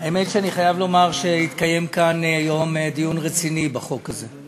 האמת שאני חייב לומר שהתקיים כאן היום דיון רציני בחוק הזה.